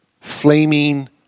flaming